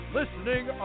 listening